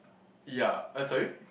ya uh sorry